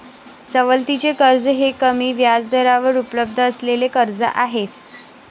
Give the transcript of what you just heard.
सवलतीचे कर्ज हे कमी व्याजदरावर उपलब्ध असलेले कर्ज आहे